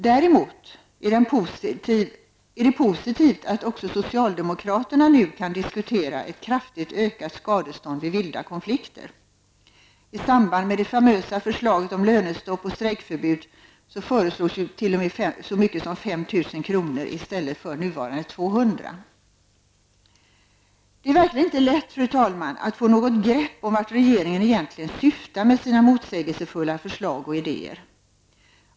Däremot är det positivt att också socialdemokraterna nu kan diskutera ett kraftigt ökat skadestånd vid vilda konflikter. I samband med det famösa förslaget om lönestopp och strejkförbud föreslogs 5 000 kr i stället för nuvarande 200 kr. Det är verkligen inte lätt, fru talman, att få något begrepp om vart regeringen egentligen syftar med sina motsägelsefulla förslag och idéer.